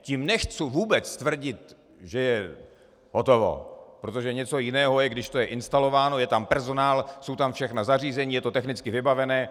Tím nechci vůbec tvrdit, že je hotovo, protože něco jiného je, když to je instalováno, je tam personál, jsou tam všechna zařízení, je to technicky vybavené.